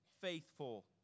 faithful